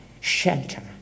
shelter